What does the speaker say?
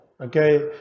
Okay